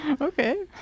Okay